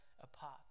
apart